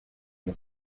los